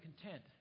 content